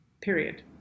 period